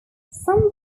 some